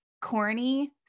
corny